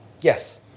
yes